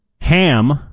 Ham